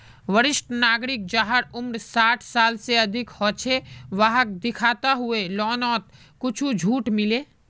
वरिष्ठ नागरिक जहार उम्र साठ साल से ज्यादा हो छे वाहक दिखाता हुए लोननोत कुछ झूट मिले